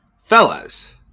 fellas